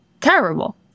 terrible